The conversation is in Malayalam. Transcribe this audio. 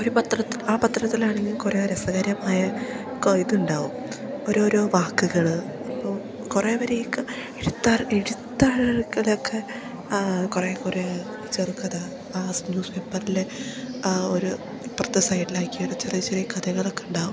ഒരു ആ പത്രത്തിലാണെങ്കിൽ കുറേ രസകരമായ ഇതുണ്ടാവും ഓരോരോ വാക്കുകൾ അപ്പോൾ കുറേ പേർ ഈ എഴുത്താറ് എഴുത്താളക്കെ അതൊക്കെ കുറേ കുറേ ചെറുകഥ ആ ന്യൂസ് പേപ്പറില് ആ ഒരു ഇപ്പുറത്തെ സൈഡിലാക്കിയൊരു ചെറിയ ചെറിയ കഥകളക്കെ ഉണ്ടാവും